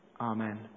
Amen